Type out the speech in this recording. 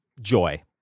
joy